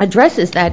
addresses that